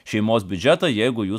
šeimos biudžetą jeigu jūs